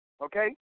Okay